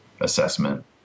assessment